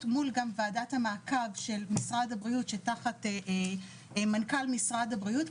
גם מול ועדת המעקב של משרד הבריאות שתחת מנכ"ל משרד הבריאות,